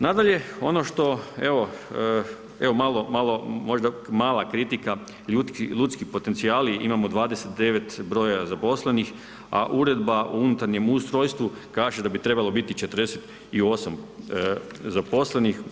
Nadalje, ono što evo malo možda, mala kritika, ljudski potencijali imamo 29 broja zaposlenih a Uredba o unutarnjem ustrojstvu kaže da bi trebalo biti 48 zaposlenih.